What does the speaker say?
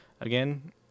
Again